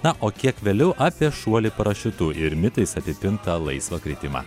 na o kiek vėliau apie šuolį parašiutu ir mitais apipintą laisvą kritimą